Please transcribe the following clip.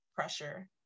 pressure